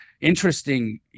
interesting